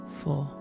four